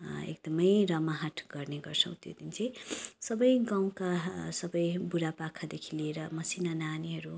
एकदमै रमाहाट गर्ने गर्छौँ त्यो दिन चाहिँ सबै गाउँका सबै बुढापाकादेखि लिएर मसिना नानीहरू